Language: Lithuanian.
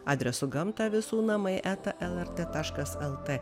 adresu gamta visų namai eta lrt taškas lt